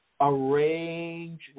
arrange